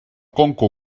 conca